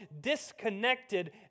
disconnected